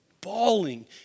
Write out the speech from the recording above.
bawling